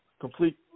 Complete